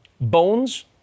bones